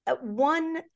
one